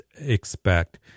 expect